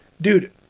Dude